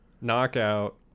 knockout